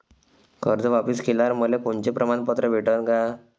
कर्ज वापिस केल्यावर मले कोनचे प्रमाणपत्र भेटन का?